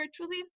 virtually